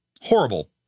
horrible